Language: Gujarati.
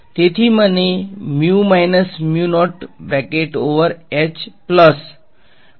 તેથી મને મળશે